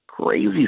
crazy